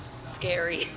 scary